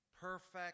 perfect